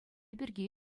пирки